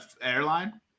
airline